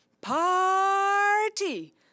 party